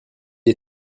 est